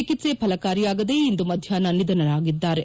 ಚಿಕಿತ್ಸೆ ಫಲಕಾರಿಯಾಗದೆ ಇಂದು ಮಧ್ವಾಹ್ನ ನಿಧನರಾಗಿದ್ದಾರೆ